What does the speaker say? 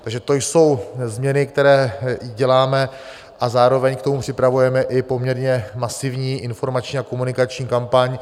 Takže to jsou změny, které děláme, a zároveň k tomu již dnes připravujeme i poměrně masivní informační a komunikační kampaň.